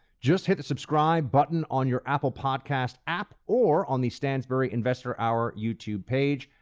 just hit the subscribe button on your apple podcast app or on the stansberry investor hour youtube page.